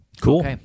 Cool